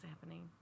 happening